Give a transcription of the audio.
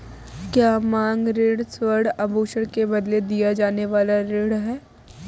क्या मांग ऋण स्वर्ण आभूषण के बदले दिया जाने वाला ऋण है?